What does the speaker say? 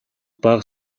бага